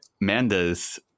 Manda's